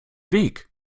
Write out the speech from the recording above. weg